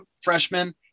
freshman